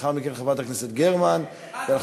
לאחר מכן, חברת הכנסת גרמן, חזן, חזן.